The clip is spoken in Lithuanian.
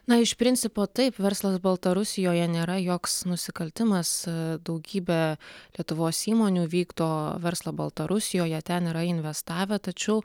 na iš principo taip verslas baltarusijoje nėra joks nusikaltimas daugybė lietuvos įmonių vykdo verslą baltarusijoje ten yra investavę tačiau